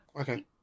Okay